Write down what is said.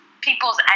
people's